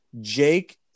Jake